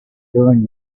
doing